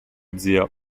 zio